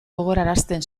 gogorarazten